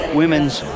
women's